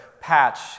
patch